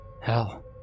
Hell